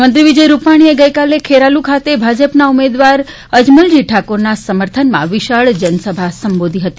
મુખ્યમંત્રી વિજય રૂપાણીએ ગઇકાલે ખેરાલુ ખાતે ભાજપના ઉમેદવાર અજમલજી ઠાકોરના સમર્થનમાં વિશાળ જનસભા સંબોધી હતી